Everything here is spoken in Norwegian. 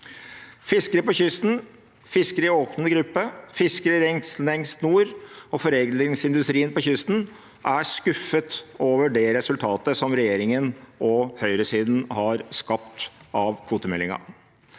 Fiskere på kysten, fiskere i åpen gruppe, fiskere lengst nord og foredlingsindustrien på kysten er skuffet over det resultatet regjeringen og høyresiden har skapt av kvotemeldingen.